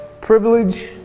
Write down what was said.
privilege